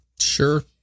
Sure